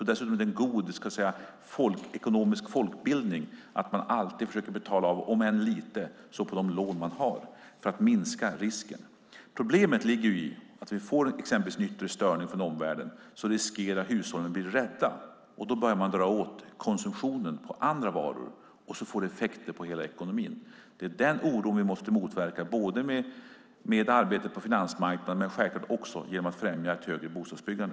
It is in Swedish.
Det är en god ekonomisk folkbildning att man alltid försöker att betala av om än lite på de lån man har för att minska risken. Problemet ligger i att om vi får exempelvis en yttre störning från omvärlden riskerar hushållen att bli rädda. Då börjar man dra ned konsumtionen på andra varor, och det får effekter på hela ekonomin. Det är den oron vi måste motverka med arbete på finansmarknaden men också genom att främja ett högre bostadsbyggande.